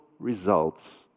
results